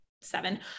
seven